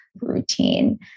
routine